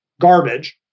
garbage